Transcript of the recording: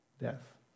death